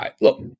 look